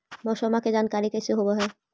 मौसमा के जानकारी कैसे होब है?